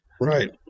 Right